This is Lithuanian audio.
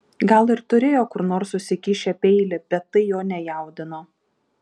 gal ir turėjo kur nors užsikišę peilį bet tai jo nejaudino